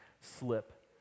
slip